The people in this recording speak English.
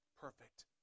perfect